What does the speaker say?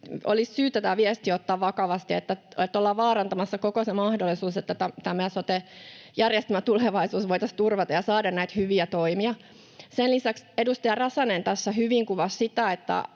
olisi syytä ottaa vakavasti tämä viesti, että ollaan vaarantamassa koko se mahdollisuus, että tämä meidän sote-järjestelmän tulevaisuus voitaisiin turvata ja saada näitä hyviä toimia. Sen lisäksi edustaja Räsänen tässä hyvin kuvasi sitä,